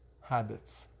habits